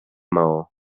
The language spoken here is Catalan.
maó